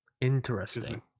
Interesting